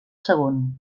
segon